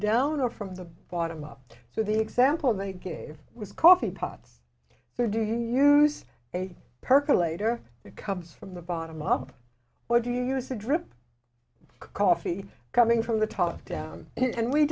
down or from the bottom up so the example they gave was coffee pot where do you use a percolator comes from the bottom up what do you use a drip coffee coming from the top down and we